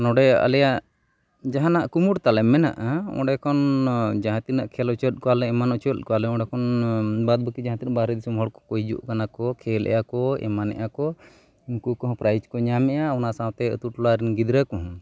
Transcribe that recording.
ᱱᱚᱸᱰᱮ ᱟᱞᱮᱭᱟᱜ ᱡᱟᱦᱟᱱᱟᱜ ᱠᱩᱢᱩᱴ ᱛᱟᱞᱮ ᱢᱮᱱᱟᱜᱼᱟ ᱚᱸᱰᱮᱠᱷᱚᱱ ᱡᱟᱦᱟᱛᱤᱱᱟᱹᱜ ᱠᱷᱮᱞ ᱦᱚᱪᱚᱭᱮᱫ ᱠᱚᱣᱟᱞᱮ ᱮᱢᱟᱱ ᱦᱚᱪᱚᱭᱮᱫ ᱠᱚᱣᱟᱞᱮ ᱚᱸᱰᱮᱠᱷᱚᱱ ᱵᱟᱫᱽ ᱵᱟᱹᱠᱤ ᱡᱟᱦᱟᱸ ᱛᱤᱱᱟᱹᱜ ᱵᱟᱦᱨᱮ ᱫᱤᱥᱚᱢ ᱦᱚᱲ ᱠᱚᱠᱚ ᱦᱤᱡᱩᱜ ᱠᱟᱱᱟ ᱠᱚ ᱠᱷᱮᱞᱮᱫ ᱟᱠᱚ ᱮᱢᱟᱱᱮᱜ ᱟᱠᱚ ᱩᱱᱠᱩ ᱠᱚᱦᱚᱸ ᱯᱨᱟᱭᱤᱡᱽ ᱠᱚ ᱧᱟᱢᱮᱜᱼᱟ ᱚᱱᱟ ᱥᱟᱶᱛᱮ ᱟᱹᱛᱩ ᱴᱚᱞᱟᱨᱮᱱ ᱜᱤᱫᱽᱨᱟᱹ ᱠᱚᱦᱚᱸ